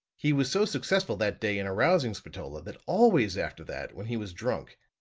he was so successful that day in arousing spatola, that always after that, when he was drunk,